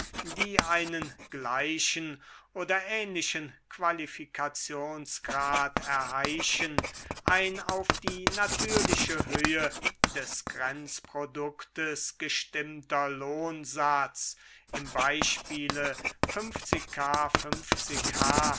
die einen gleichen oder ähnlichen qualifikationsgrad erheischen ein auf die natürliche höhe des grenzproduktes gestimmter lohnsatz im beispiele